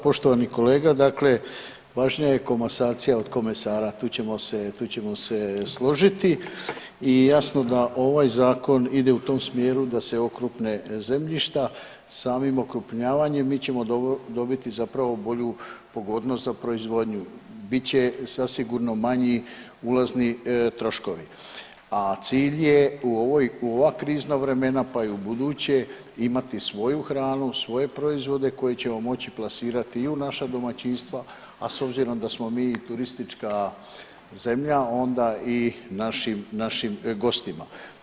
Poštovani kolega, dakle važnija je komasacija od komesara, tu ćemo se, tu ćemo se složiti i jasno da ovaj zakon ide u tom smjeru da se okrupne zemljišta, samim okrupnjavanjem mi ćemo dobiti zapravo bolju pogodnost za proizvodnju, bit će zasigurno manji ulazni troškovi, a cilj je u ovoj, u ova krizna vremena, pa i ubuduće imati svoju hranu, svoje proizvode koje ćemo moći plasirati i u naša domaćinstva, a s obzirom da smo mi turistička zemlja onda i našim, našim gostima.